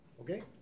Okay